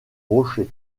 rochers